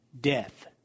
Death